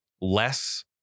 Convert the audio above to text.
less